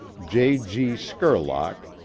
j. g. skerlock,